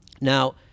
Now